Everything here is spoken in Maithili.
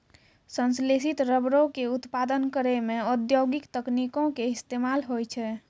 संश्लेषित रबरो के उत्पादन करै मे औद्योगिक तकनीको के इस्तेमाल होय छै